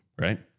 Right